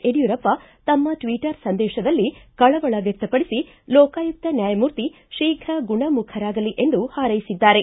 ಯಡ್ಕೂರಪ್ಪ ತಮ್ಮ ಟ್ವೀಟರ್ ಸಂದೇಶದಲ್ಲಿ ಕಳವಳ ವ್ಯಕ್ತಪಡಿಸಿ ಲೋಕಾಯುಕ್ತ ನ್ಯಾಯಮೂರ್ತಿ ಶೀಘ್ರ ಗುಣಮುಖರಾಗಲಿ ಎಂದು ಹಾರೈಸಿದ್ದಾರೆ